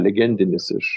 legendinis iš